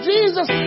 Jesus